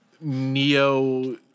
neo